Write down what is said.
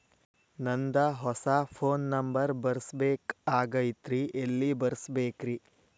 ನಂದ ಹೊಸಾ phone number ಬರಸಬೇಕ್ ಆಗೈತ್ರಿ ಎಲ್ಲೆ ಬರಸ್ಬೇಕ್ರಿ?